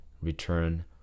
return